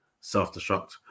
self-destruct